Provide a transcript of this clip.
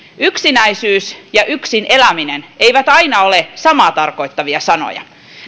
yksinäisyys ja yksin eläminen eivät aina ole samaa tarkoittavia sanoja